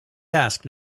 ask